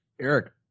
Eric